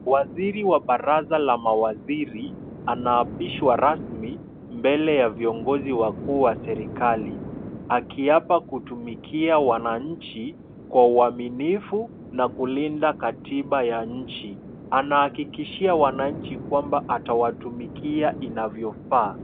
Waziri wa baraza la mawaziri anaapishwa rasmi mbele ya viongozi wakuu wa serikali akiapa kutumikia wananchi kwa uaminifu na kulinda katiba ya nchi. Anahakikishia wananchi kwamba atawatumikia inavyofaa.